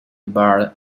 bar